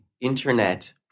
Internet